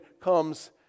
comes